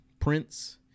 prince